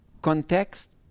context